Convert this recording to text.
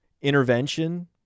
intervention